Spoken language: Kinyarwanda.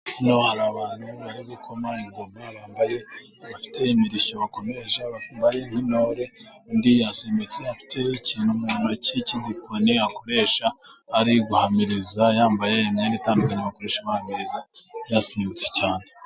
Hano hari abantu bari gukoma ingoma ,bafite imirishyo bakoresha, bambaye nk'intore .Undi yasimbutse afite ikintu mutoki cy'igikoni ,akoresha ari guhamiriza yambaye imyenda itandukanye bakoresha bahamiriza. Yasimbutse cyane.